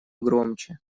громче